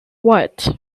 what